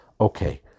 Okay